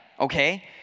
okay